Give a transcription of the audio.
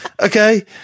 Okay